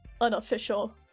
unofficial